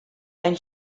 and